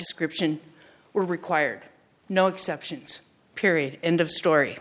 description were required no exceptions period end of story